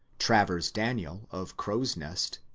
travers daniel of crow's nest,